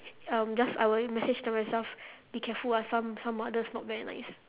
um just I will message to myself be careful ah some some others not very nice